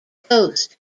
ghost